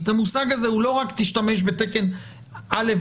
המושג הזה הוא לא "רק תשתמש בתקן א',